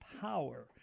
power